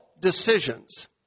decisions